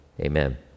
amen